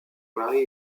marie